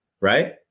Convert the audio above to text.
right